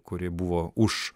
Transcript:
kuri buvo už